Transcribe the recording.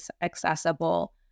accessible